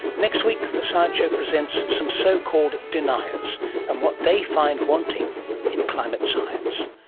next week the science show presents some so-called deniers and what they find wanting in climate science.